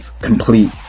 complete